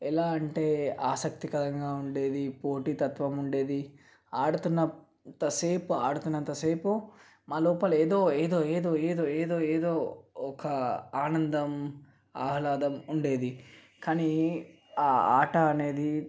ఎలా అంటే ఆసక్తికరంగా ఉండేది పోటీతత్వం ఉండేది ఆడుతున్న అంతసేపు ఆడుతున్న అంతసేపు మా లోపల ఏదో ఏదో ఏదో ఏదో ఏదో ఏదో ఒక ఆనందం ఆహ్లాదం ఉండేది కానీ ఆ ఆట అనేది